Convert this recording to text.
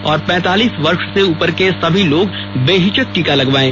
और पैंतालीस वर्ष से उपर के सभी लोग बेहिचक टीका लगवायें